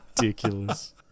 ridiculous